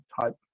type